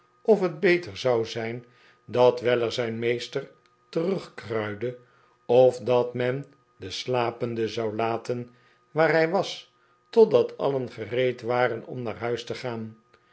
of het beter zou zijn dat weller zijn meester terugkruide of dat men den slapende zou laten waar hij was totdat alien gereed waren om naar huis te gaan